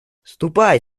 ступай